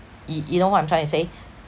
y~ you know what I'm trying to say